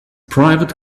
private